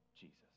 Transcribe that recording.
Jesus